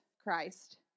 Christ